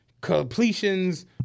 completions